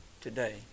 today